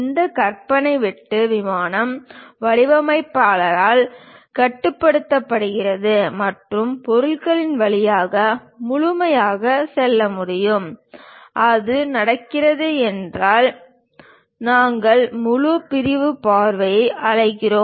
இந்த கற்பனை வெட்டு விமானம் வடிவமைப்பாளரால் கட்டுப்படுத்தப்படுகிறது மற்றும் பொருளின் வழியாக முழுமையாக செல்ல முடியும் அது நடக்கிறது என்றால் நாங்கள் முழு பிரிவு பார்வையை அழைக்கிறோம்